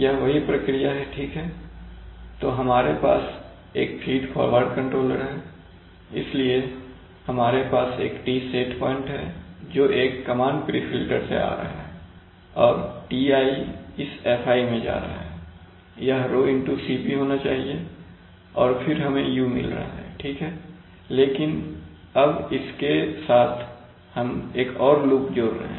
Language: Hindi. यह वही प्रक्रिया है ठीक है तो हमारे पास एक फीड फॉरवर्ड कंट्रोलर है इसलिए हमारे पास एक T सेट प्वाइंट है जो एक कमांड प्री फिल्टर से आ रहा है और Ti इस Fi मैं जा रहा है यह 𝛒Cp होना चाहिए और फिर हमें u मिल रहा है ठीक है लेकिन अब इसके साथ हम एक और लूप जोड़ रहे हैं